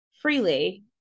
freely